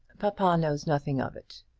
papa knows nothing of it.